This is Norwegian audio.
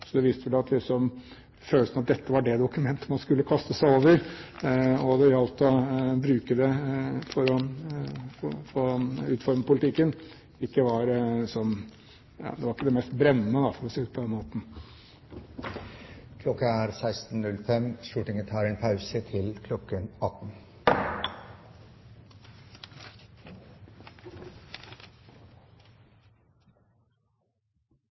Det viser vel at følelsen av at dette var det dokumentet man skulle kaste seg over, og at det gjaldt å bruke det for å utforme politikken, ikke var den mest brennende, for å si det på den måten. Stortinget tar en pause til klokken 18.